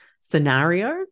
scenario